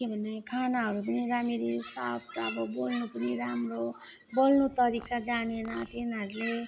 के भने खानहरू पनि राम्ररी साफ टाफ अब बोल्नु पनि राम्रो बोल्नु तरिका जानेन तिनीहरूले